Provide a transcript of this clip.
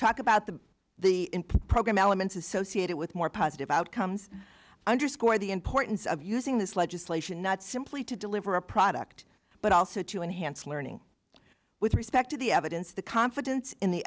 about the the program elements associated with more positive outcomes underscore the importance of using this legislation not simply to deliver a product but also to enhance learning with respect to the evidence the confidence in the